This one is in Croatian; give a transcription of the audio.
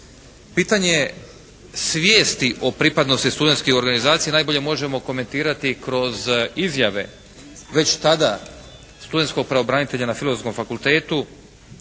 Pitanje svijesti o pripadnosti studentskih organizacija najbolje možemo komentirati kroz izjave već tada studentskog pravobranitelja na Filozofskom fakultetu